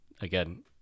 again